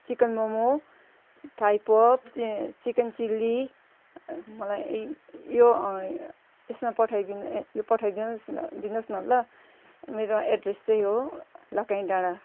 chicken momo थाइपो ए chicken chilli मलाई यो यसमा पठाइदिनु यो पठाइदिनुहोस् न ल मेरो एड्रेस चाहिँ हो लाकाई डाँडा